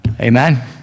Amen